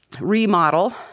remodel